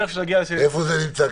כשנגיע לסעיף --- איפה זה נמצא,